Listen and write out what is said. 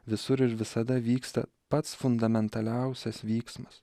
visur ir visada vyksta pats fundamentaliausias vyksmas